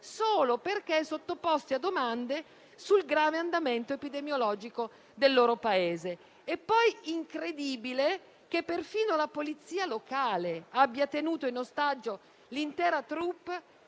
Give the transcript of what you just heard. solo perché li hanno sottoposti a domande sul grave andamento epidemiologico del loro Paese. È poi incredibile che perfino la polizia locale abbia tenuto in ostaggio l'intera *troupe*,